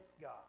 God